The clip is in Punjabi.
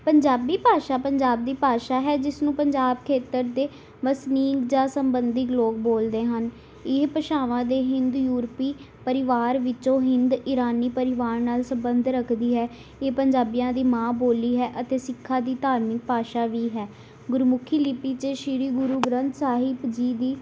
ਪੰਜਾਬੀ ਭਾਸ਼ਾ ਪੰਜਾਬ ਦੀ ਭਾਸ਼ਾ ਹੈ ਜਿਸ ਨੂੰ ਪੰਜਾਬ ਖੇਤਰ ਦੇ ਵਸਨੀਕ ਜਾਂ ਸੰਬੰਧਿਕ ਲੋਕ ਬੋਲਦੇ ਹਨ ਇਹ ਭਾਸ਼ਾਵਾਂ ਦੇ ਹਿੰਦ ਯੂਰਪੀ ਪਰਿਵਾਰ ਵਿੱਚੋਂ ਹਿੰਦ ਇਰਾਨੀ ਪਰਿਵਾਰ ਨਾਲ ਸੰਬੰਧ ਰੱਖਦੀ ਹੈ ਇਹ ਪੰਜਾਬੀਆਂ ਦੀ ਮਾਂ ਬੋਲੀ ਹੈ ਅਤੇ ਸਿੱਖਾਂ ਦੀ ਧਾਰਮਿਕ ਭਾਸ਼ਾ ਵੀ ਹੈ ਗੁਰਮੁਖੀ ਲਿੱਪੀ 'ਚ ਸ਼੍ਰੀ ਗੁਰੂ ਗ੍ਰੰਥ ਸਾਹਿਬ ਜੀ ਦੀ